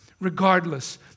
regardless